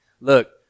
Look